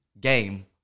game